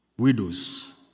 widows